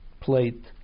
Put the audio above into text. plate